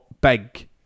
big